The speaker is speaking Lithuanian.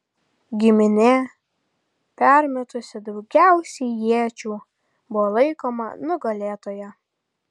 giminė permetusi daugiausiai iečių buvo laikoma nugalėtoja